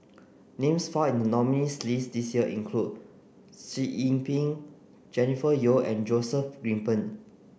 names found in the nominees' list this year include Sitoh Yih Pin Jennifer Yeo and Joseph Grimberg